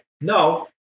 no